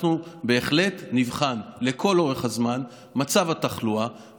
אנחנו בהחלט נבחן לכל אורך הזמן את מצב התחלואה,